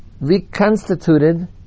reconstituted